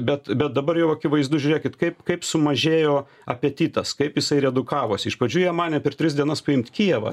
bet bet dabar jau akivaizdu žiūrėkit kaip kaip sumažėjo apetitas kaip jisai redukavosi iš pradžių jie manė per tris dienas paimt kijevą